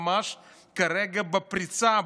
ממש כרגע בפריצה,